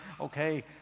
okay